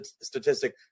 statistic